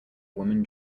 woman